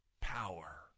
power